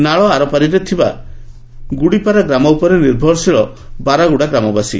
ନାଳ ଆରପାରିରେ ଥିବା ଗୁଡିପାରା ଗ୍ରାମ ଉପରେ ନିର୍ଭରଶୀଳ ବରାଗୁଡା ଗ୍ରାମବାସୀ